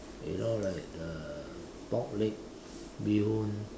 you know like the pork leg bee-hoon